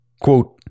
Quote